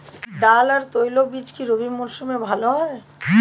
ডাল আর তৈলবীজ কি রবি মরশুমে ভালো হয়?